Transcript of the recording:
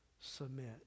submit